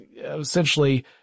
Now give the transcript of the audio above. essentially